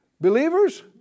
believers